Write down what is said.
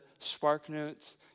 SparkNotes